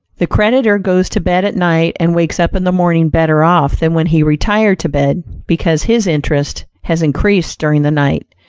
the creditor goes to bed at night and wakes up in the morning better off than when he retired to bed, because his interest has increased during the night,